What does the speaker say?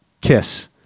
kiss